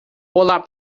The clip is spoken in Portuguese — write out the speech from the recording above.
olá